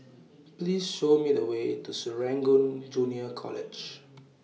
Please Show Me The Way to Serangoon Junior College